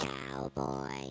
Cowboy